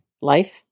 life